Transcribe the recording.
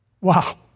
Wow